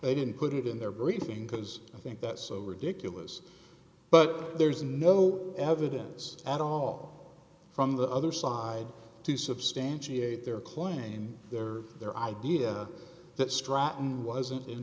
they didn't put it in their briefing because i think that's so ridiculous but there's no evidence at all from the other side to substantiate their claim their their idea that stratton wasn't in